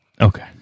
Okay